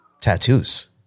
tattoos